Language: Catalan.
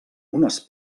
unes